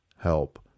help